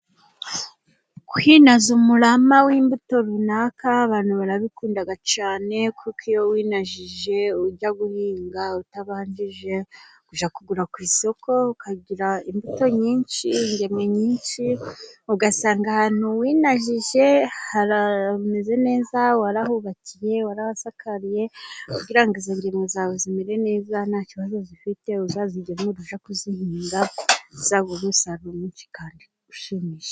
kwinaza umurama w'imbuto runaka abantu barabikunda cyane, kuko iyo winajije ujya guhinga utabanje kujya kugura ku isoko, ukagira imbuto nyinshi, ingemwe nyinshi. Ugasanga ahantu winajije hameze neza warahubakiye, warahasakariye kugira ngo izo ngemwe zawe zimere neza, nta kibazo zifite uzazigemure ujya kuzihinga, zizaguhe umusaruro mwinshi kandi ushimishije.